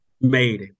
made